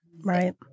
right